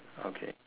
okay